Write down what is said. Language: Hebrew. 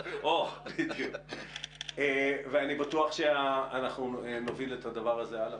--- אני בטוח שנוביל את הדבר הזה הלאה,